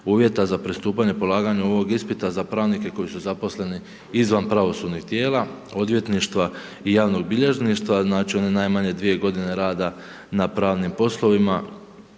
uvjeta za pristupanje polaganju ovog ispita za pravnike koji su zaposleni izvan pravosudnih tijela, odvjetništva i javnog bilježništva znači .../Govornik se ne razumije./... najmanje 2 g. rada na pravnim poslovima